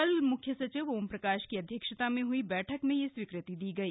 कल मुख्य सचिव ओमप्रकाश की अध्यक्षता में हई बैठक में यह स्वीकृति दी गई